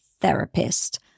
therapist